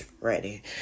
ready